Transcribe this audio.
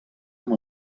amb